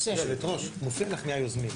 יושבת הראש, מופיע לך מי היוזמים.